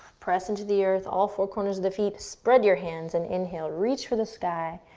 press into the earth. all four corners of the feet, spread your hands, and inhale, reach for the sky,